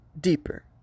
deeper